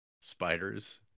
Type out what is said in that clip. spiders